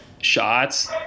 shots